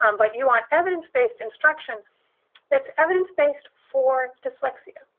um but you want evidence-based instruction that's evidence-based for dyslexia.